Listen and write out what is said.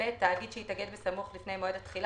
"(ב) תאגיד שהתאגד בסמוך לפני מועד התחילה